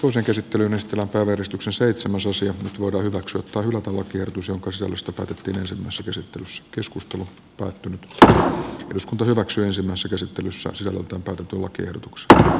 osa käsitteli myös tilata väristyksen seitsemän susia hurmoksen toimilupalakia kyse on kosovosta palkittiin samassa käsittelyssä hylätä lakiehdotus jonka sisällöstä päätettiin ensimmäisessä käsittelyssä sielutonta tuokio tks ka